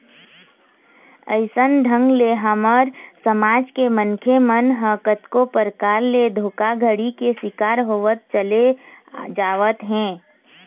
अइसन ढंग ले हमर समाज के मनखे मन ह कतको परकार ले धोखाघड़ी के शिकार होवत चले जावत हे